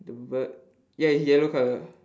the bird ya it's yellow colour